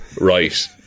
Right